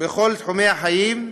בכל תחומי החיים,